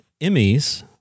Emmys